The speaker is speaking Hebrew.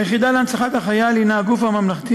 היחידה להנצחת החייל הנה הגוף הממלכתי